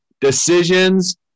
Decisions